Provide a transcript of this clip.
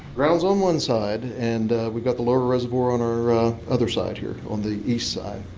ground's on one side, and we've got the lower reservoir on our other side here, on the east side.